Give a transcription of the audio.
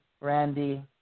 Randy